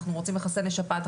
אנחנו רוצים לחסן לשפעת,